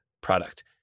product